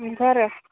बेनोथ' आरो